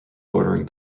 bordering